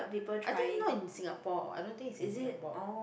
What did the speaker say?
I think not in Singapore I don't think it's in Singapore